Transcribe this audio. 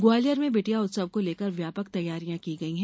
ग्वालियर में बिटिया उत्सव को लेकर व्यापक तैयारियां की गई हैं